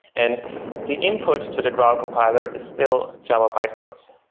and the input to the graal compiler is still java bytecodes.